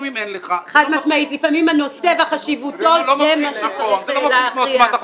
לפעמים הנושא בחשיבותו הוא מה שצריך להכריע.